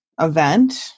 event